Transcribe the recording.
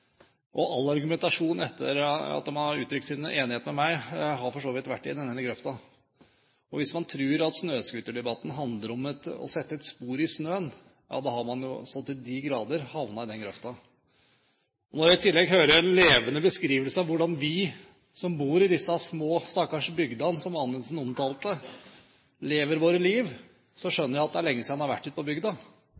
grøfta. All argumentasjon etter at de har uttrykt sin enighet med meg, har for så vidt vært i den ene grøfta. Hvis man tror at snøscooterdebatten handler om å sette et spor i snøen, har man så til de grader havnet i den grøfta. Når jeg i tillegg hører en levende beskrivelse av hvordan vi som bor i disse små, stakkars bygdene som Anundsen omtalte, lever våre liv,